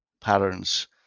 patterns